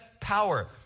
power